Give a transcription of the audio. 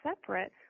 separate